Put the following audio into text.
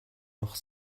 noch